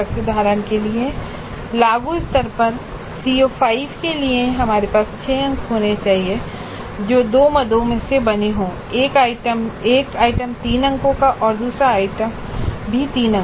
उदाहरण के लिए लागू स्तर पर CO5 के लिए हमारे पास 6 अंक होने चाहिए जो दो मदों से बने हों एक आइटम 3 अंकों का और दूसरा आइटम 3 अंकों का